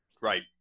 Right